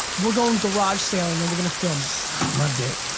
we're going garage sale-ing and we're gonna film it. suck my dick,